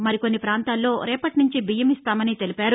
మరికొన్ని పాంతాల్లో రేపటి నుంచి బియ్యం ఇస్తామని తెలిపారు